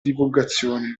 divulgazione